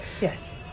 Yes